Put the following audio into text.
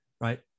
right